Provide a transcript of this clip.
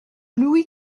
louis